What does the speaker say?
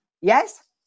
yes